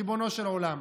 ריבונו של עולם.